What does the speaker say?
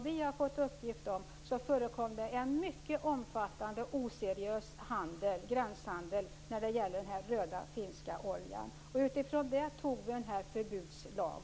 Vi har fått uppgifter om att det förekom en mycket omfattande och oseriös gränshandel med den rödmärkta finska oljan. Utifrån det antog vi denna förbudslag.